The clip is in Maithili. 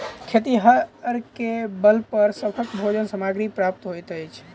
खेतिहरेक बल पर सभक भोजन सामग्री प्राप्त होइत अछि